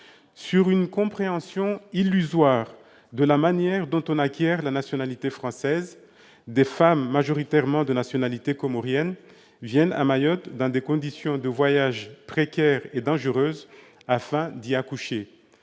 Sur une compréhension illusoire de la manière dont on acquiert la nationalité française, des femmes, majoritairement de nationalité comorienne, viennent à Mayotte dans des conditions de voyage précaires et dangereuses, afin d'y accoucher.